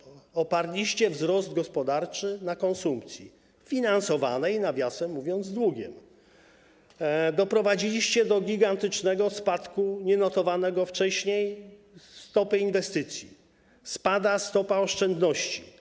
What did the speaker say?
Oparliście wzrost gospodarczy na konsumpcji finansowanej, nawiasem mówiąc, długiem, doprowadziliście do gigantycznego, nienotowanego wcześniej spadku stopy inwestycji, spada stopa oszczędności.